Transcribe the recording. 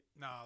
No